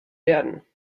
werden